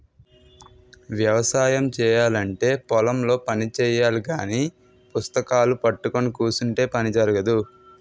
వ్యవసాయము చేయాలంటే పొలం లో పని చెయ్యాలగాని పుస్తకాలూ పట్టుకొని కుసుంటే పని జరగదు